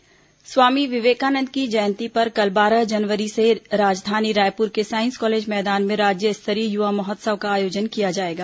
युवा महोत्सव स्वामी विवेकानंद की जयंती पर कल बारह जनवरी से राजधानी रायपुर के साईस कॉलेज मैदान में राज्य स्तरीय युवा महोत्सव का आयोजन किया जाएगा